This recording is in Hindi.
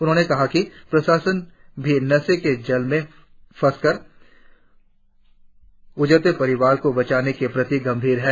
उन्होंने कहा कि प्रशासन भी नशे के जाल में फंसकर उजरते परिवारों को बचाने के प्रति गंभीर है